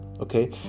okay